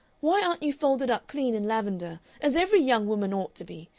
why aren't you folded up clean in lavender as every young woman ought to be?